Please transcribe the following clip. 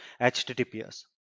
HTTPS